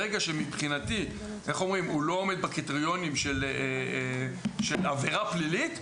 ברגע שמבחינתי הוא לא עומד בקריטריונים של עבירה פלילית,